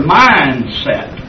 mindset